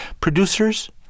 Producers